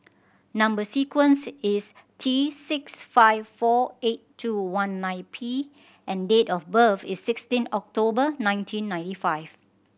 number sequence is T six five four eight two one nine P and date of birth is sixteen October nineteen ninety five